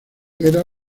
era